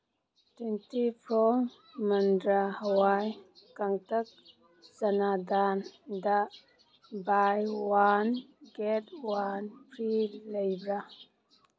twenty four ꯃꯟꯇ꯭ꯔꯥ ꯍꯋꯥꯏ ꯀꯥꯡꯇꯛ ꯆꯅꯥ ꯗꯥꯜꯗ buy one get one free ꯂꯩꯕ꯭ꯔꯥ